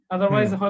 Otherwise